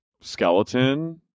skeleton